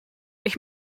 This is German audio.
ich